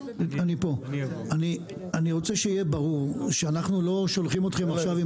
אני רוצה שיהיה ברור שאנחנו לא שולחים אתכם עכשיו עם